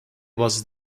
was